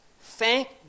Thank